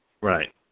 Right